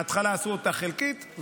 בהתחלה עשו אותה חלקית,